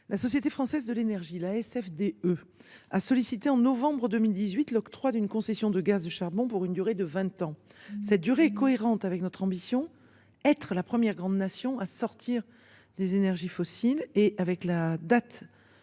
la société Française de l’énergie (FDE) a sollicité en novembre 2018 l’octroi d’une concession de gaz de charbon pour une durée de vingt ans. Cette durée est en adéquation avec notre ambition de devenir la première grande nation à sortir des énergies fossiles et coïncide avec la date